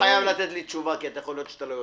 אתה לא חייב לענות לי תשובה כי יכול להיות שאתה לא יודע.